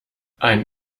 ein